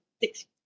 six